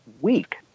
week